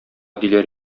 диләр